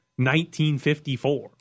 1954